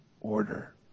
order